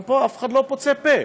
גם פה אף אחד לא פוצה פה.